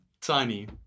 Tiny